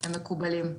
הם מקובלים.